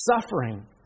suffering